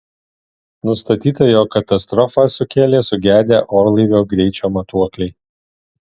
nustatyta jog katastrofą sukėlė sugedę orlaivio greičio matuokliai